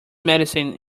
medicine